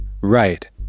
Right